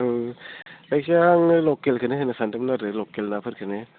ओं जायखिजाया आङो लकेलखौनो होनो सानदोंमोन आरो लकेल नाफोरखौनो